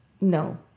No